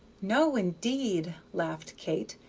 no, indeed, laughed kate,